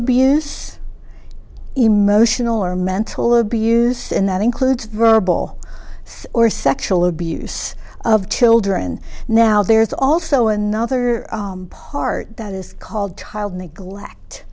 abuse emotional or mental abuse and that includes verbal or sexual abuse of children now there's also another part that is called tiled neglect